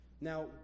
Now